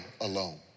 alone